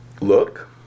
Look